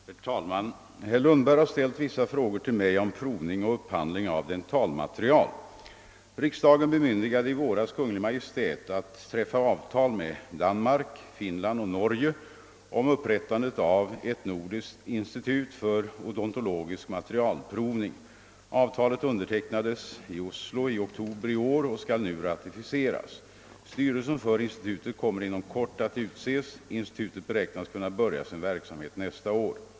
Herr talman! Herr Lundberg har ställt vissa frågor till mig om provning och upphandling av dentalmaterial. Riksdagen bemyndigade i våras Kungl. Maj:t att träffa avtal med Danmark, Finland och Norge om upprättande av ett nordiskt institut för odontologisk materialprovning. Avtalet undertecknades i Oslo i oktober i år och skall nu ratificeras. Styrelse för institutet kommer inom kort att utses. Institutet beräknas kunna börja sin verksamhet nästa år.